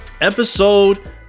Episode